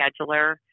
scheduler